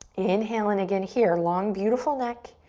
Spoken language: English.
inhale in again here, long, beautiful neck.